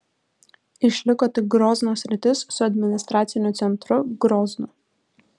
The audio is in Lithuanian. išliko tik grozno sritis su administraciniu centru groznu